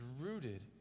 rooted